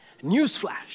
Newsflash